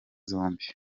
zombi